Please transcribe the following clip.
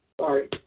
sorry